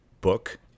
book